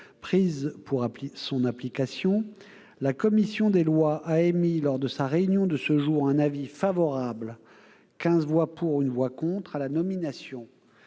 prises pour son application, la commission des lois a émis, lors de sa réunion de ce jour, un avis favorable- quinze voix pour, une voix contre -à la nomination